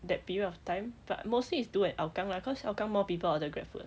that period of time but mostly it's do at hougang lah cause hougang more people order grab food